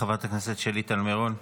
חברת הכנסת שלי טל מירון.